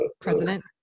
president